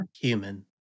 human